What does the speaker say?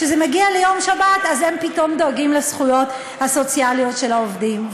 כשזה מגיע ליום שבת אז הם פתאום דואגים לזכויות הסוציאליות של העובדים.